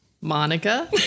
Monica